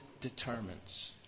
determines